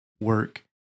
work